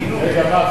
גינוי.